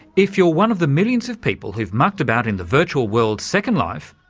if you're one of the millions of people who've mucked about in the virtual world, second life,